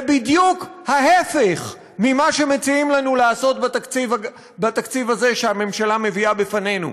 זה בדיוק ההפך ממה שמציעים לנו לעשות בתקציב הזה שהממשלה מביאה בפנינו,